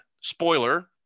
spoiler